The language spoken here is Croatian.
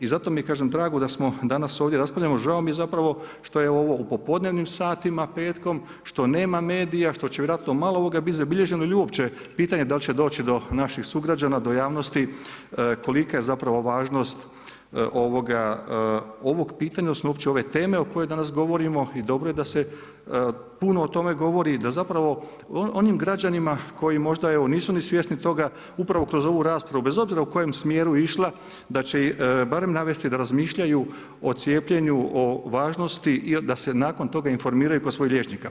I zato mi je kažem drago da danas ovdje raspravljamo, žao mi je zapravo što je ovo u popodnevnim satima petkom, što nema medija, što će vjerojatno malo ovoga biti zabilježeno ili uopće je pitanje da li će doći do naših sugrađana, do javnosti kolika je zapravo važnost ovog pitanja odnosno uopće ove teme o kojoj danas govorimo i dobro je da se puno o tome govori i da zapravo onim građanima koji možda evo nisu ni svjesni toga upravo kroz ovu raspravu bez obzira u kojem smjeru išla da će ih barem navesti da razmišljanju o cijepljenju, o važnosti i da se nakon toga informiraju kod svojih liječnika.